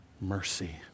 mercy